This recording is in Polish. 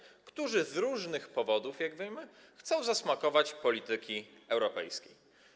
Działaczy, którzy z różnych powodów, jak wiemy, chcą zasmakować polityki europejskiej.